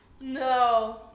No